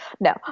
no